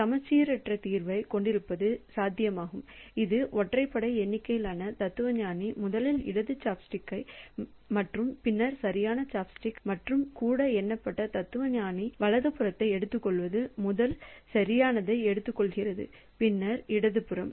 சமச்சீரற்ற தீர்வைக் கொண்டிருப்பது சாத்தியமாகும் இது ஒற்றைப்படை எண்ணிக்கையிலான தத்துவஞானி முதலில் இடது சாப்ஸ்டிக் மற்றும் பின்னர் சரியான சாப்ஸ்டிக் மற்றும் கூட எண்ணப்பட்ட தத்துவஞானி வலதுபுறத்தை எடுத்துக்கொள்வது முதல் சரியானதை எடுத்துக்கொள்கிறது பின்னர் இடதுபுறம்